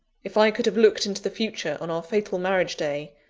if i could have looked into the future on our fatal marriage-day,